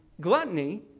Gluttony